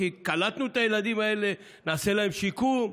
קלטנו את הילדים האלה, נעשה להם שיקום,